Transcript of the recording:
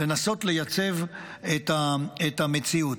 לנסות לייצב את המציאות.